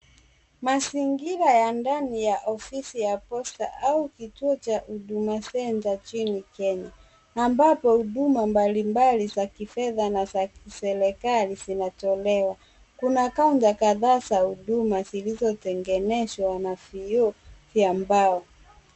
Mazingira ya ndani ya ofisi ya Posta au kituo cha Huduma Centre nchini Kenya ambapo huduma mbalimbali za kifedha na kiserikali zinatolewa. Kuna kaunta kadhaa za huduma zilizotengenezwa na vioo vya mbao.